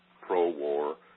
pro-war